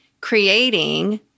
creating